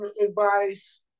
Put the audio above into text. advice